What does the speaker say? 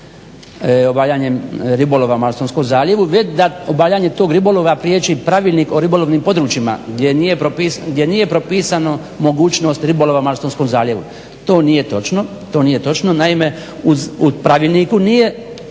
obavljanjem ribolova u Malostonskom zaljevu već da obavljanje tog ribolova priječi Pravilnik o ribolovnim područjima gdje nije propisano mogućnost ribolova u Malostonskom zaljevu. To nije točno. Naime u Pravilniku nije